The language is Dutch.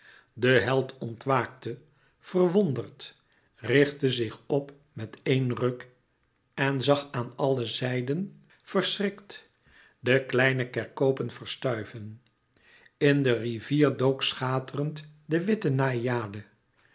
de held ontwaakte verwonderd richtte zich op met éen ruk en zag aan alle zijden verschrikt de kleine kerkopen verstuiven in de rivier dook schaterend de witte naïade